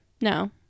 No